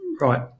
right